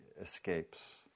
escapes